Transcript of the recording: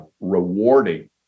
rewarding